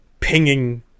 Pinging